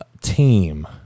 team